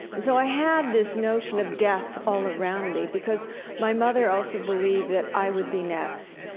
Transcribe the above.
and so, i had this notion of death all around me, because my mother also believed that i would be next,